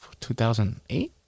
2008